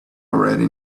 already